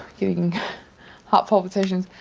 getting heart palpitations.